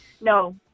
No